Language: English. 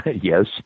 Yes